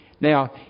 Now